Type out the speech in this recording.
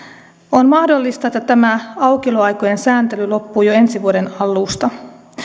on mahdollista että tämä aukioloaikojen sääntely loppuu jo ensi vuoden alusta